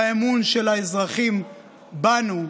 האמון של האזרחים בנו,